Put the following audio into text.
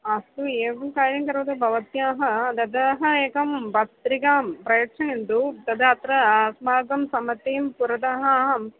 अस्तु एवं कार्यं करोतु भवत्याः दत्ताम् एकां पत्रिकां प्रयच्छयन्तु तदा तत्र अस्माकं सम्मतिं पुरतः अहम्